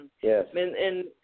Yes